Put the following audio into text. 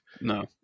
No